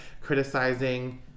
criticizing